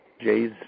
jay's